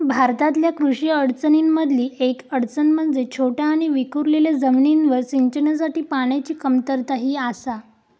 भारतातल्या कृषी अडचणीं मधली येक अडचण म्हणजे छोट्या आणि विखुरलेल्या जमिनींवर सिंचनासाठी पाण्याची कमतरता ही आसा